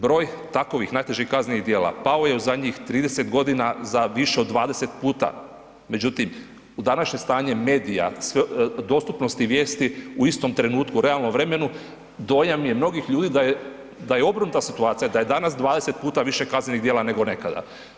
Broj takovih najtežih kaznenih djela pao je u zadnjih 30 godina za više od 20 puta, međutim, u današnje stanje medija, sve dostupnosti vijesti, u istom trenutku u realnom vremenu, dojam je mnogih ljudi da je obrnuta situacija, da je danas 20 puta više kaznenih djela nego nekada.